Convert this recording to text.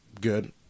good